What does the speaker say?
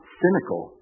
cynical